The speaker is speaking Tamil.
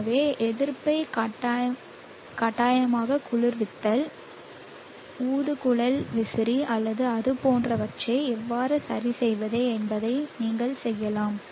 எனவே எதிர்ப்பைக் கட்டாயமாக குளிர்வித்தல் ஊதுகுழல் விசிறி அல்லது அது போன்றவற்றை எவ்வாறு சரிசெய்வது என்பதை நீங்கள் செய்யலாம்